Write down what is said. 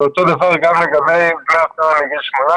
אותו הדבר גם לגבי דמי אבטלה מגיל 18